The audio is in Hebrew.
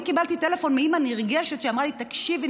אני קיבלתי טלפון מאימא נרגשת שאמרה לי: תקשיבי,